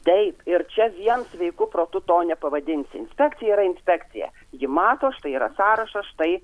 taip ir čia vien sveiku protu to nepavadinsi inspekcija yra inspekcija ji mato štai yra sąrašas štai